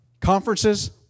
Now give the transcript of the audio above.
conferences